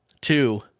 Two